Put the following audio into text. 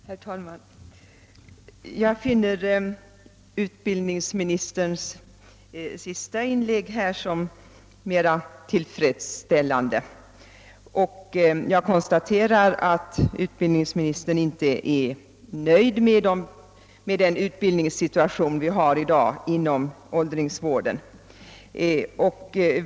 Herr talman! Jag finner utbildningsministerns senaste inlägg mera tillfredsställande, och jag konstaterar att utbildningsministern inte är nöjd med den utbildningssituation som i dag föreligger inom åldringsvården.